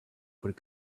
would